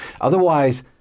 Otherwise